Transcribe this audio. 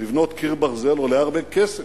לבנות קיר ברזל עולה הרבה כסף.